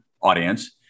audience